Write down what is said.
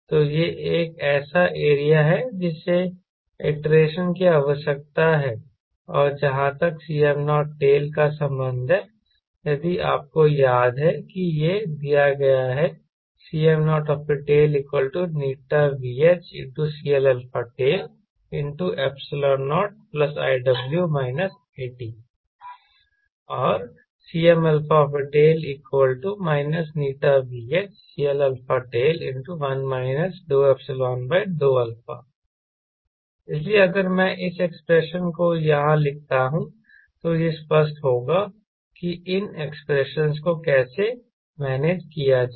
तो यह एक ऐसा एरिया है जिसे आईट्रेशन की आवश्यकता है और जहाँ तक Cm0t का संबंध है यदि आपको याद है कि यह दिया गया है Cm0tηVHCLαt0iW it और Cmαt ηVHCLαt1 ∂ϵ∂α इसलिए अगर मैं इस एक्सप्रेशन को यहां लिखता हूं तो यह स्पष्ट होगा कि इन एक्सप्रेशनस को कैसे मैनेज किया जाए